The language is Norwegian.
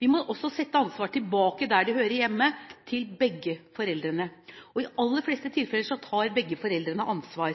Vi må legge ansvaret tilbake der det hører hjemme – hos begge foreldrene. Og i de aller fleste tilfeller tar begge foreldrene ansvar.